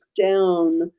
down